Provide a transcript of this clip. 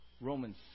Romans